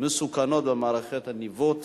מסוכנות במערכות הניווט,